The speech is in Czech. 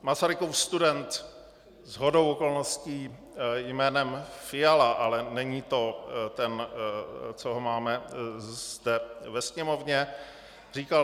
Masarykův student, shodou okolností jménem Fiala, ale není to ten, co ho máme zde ve Sněmovně, říkal: